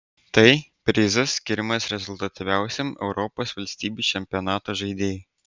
tai prizas skiriamas rezultatyviausiam europos valstybių čempionatų žaidėjui